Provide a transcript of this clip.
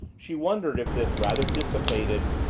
she wondered if this rather dissipated,